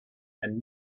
and